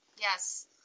Yes